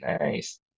nice